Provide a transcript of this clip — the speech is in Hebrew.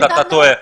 אתה טועה.